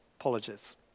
Apologies